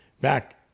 Back